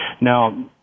now